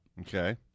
Okay